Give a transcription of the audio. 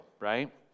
right